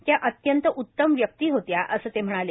त्या अत्यंत उतम व्यक्ती होत्या असं ते म्हणाले